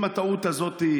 אם הטעות הזאת,